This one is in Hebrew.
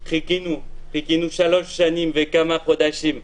חיכינו שלוש שנים וכמה חודשים,